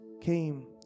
came